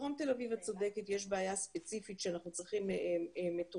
בדרום תל-אביב יש בעיה ספציפית שאנחנו צריכים מתורגמן